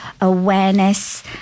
awareness